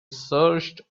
searched